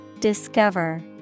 Discover